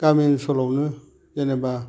गामि ओनसोलावनो जेनेबा